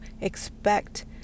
expect